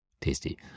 tasty